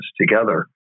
together